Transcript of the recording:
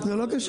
זה לא קשור,